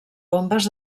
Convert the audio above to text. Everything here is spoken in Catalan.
bombes